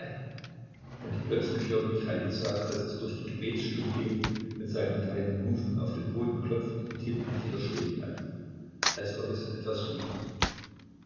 und plötzlich hört michailiza daß es durch die gebetsstube geht mit seinen kleinen hufen auf den boden klopft und hin und wieder stehen bleibt als ob es etwas suche